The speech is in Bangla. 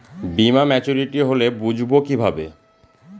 বীমা মাচুরিটি হলে বুঝবো কিভাবে?